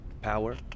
Power